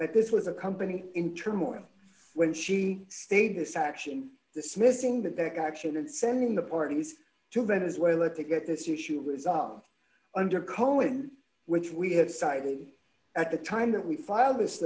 that this was a company in turmoil when she stayed this action dismissing that that action and sending the parties to venezuela to get this issue was solved under cohen which we have cited at the time that we filed this